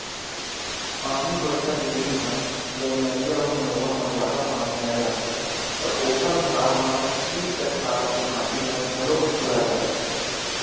पानी बरसा के दिन म जब नदिया अउ नरूवा म जादा पानी आ जाथे त ओखर धार म तीर तखार के माटी ह घलोक खोला जाथे